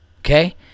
okay